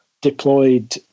deployed